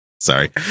Sorry